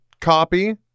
copy